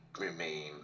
remain